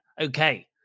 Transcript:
Okay